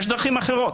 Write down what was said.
יש דרכים אחרות.